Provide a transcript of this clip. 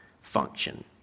function